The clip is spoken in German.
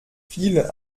viele